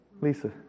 Lisa